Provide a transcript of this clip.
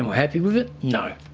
happy with it? no.